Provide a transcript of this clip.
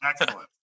Excellent